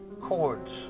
chords